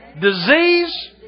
disease